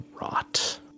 rot